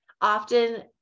often